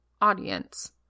audience